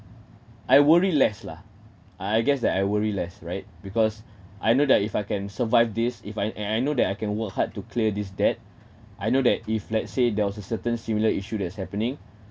I worry less lah I guess that I worry less right because I know that if I can survive this if I and I know that I can work hard to clear this debt I know that if let's say there was a certain similar issue that is happening